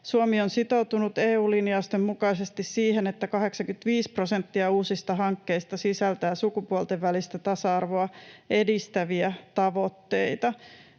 Suomi on sitoutunut EU-linjausten mukaisesti siihen, että 85 prosenttia uusista hankkeista sisältää sukupuolten välistä tasa-arvoa edistäviä tavoitteita.